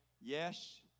Yes